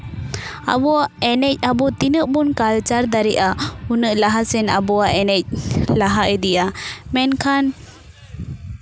ᱟᱵᱚᱣᱟᱜ ᱮᱱᱮᱡ ᱟᱵᱚ ᱛᱤᱱᱟᱹᱜ ᱵᱚᱱ ᱠᱟᱞᱪᱟᱨ ᱫᱟᱲᱮᱭᱟᱜᱼᱟ ᱩᱱᱟᱹᱜ ᱞᱟᱦᱟ ᱥᱮᱱ ᱟᱵᱚᱣᱟᱜ ᱮᱱᱮᱡ ᱞᱟᱦᱟ ᱤᱫᱤᱜᱼᱟ ᱢᱮᱱᱠᱷᱟᱱ